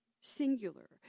singular